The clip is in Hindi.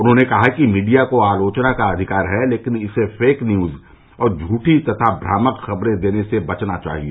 उन्होंने कहा कि मीडिया को आलोचना का अधिकार है लेकिन इसे फेक न्यूज और झूठी तथा भ्रामक खबरें देने से बचना चाहिए